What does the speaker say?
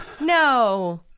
No